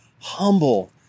humble